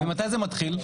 ומתי זה מתחיל?